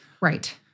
Right